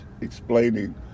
explaining